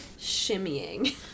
shimmying